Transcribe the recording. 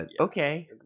okay